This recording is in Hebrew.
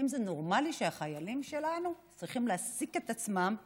האם זה נורמלי שהחיילים שלנו צריכים להעסיק את עצמם היום,